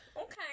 Okay